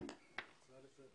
הצעה לסדר